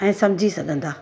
ऐं समुझी सघंदा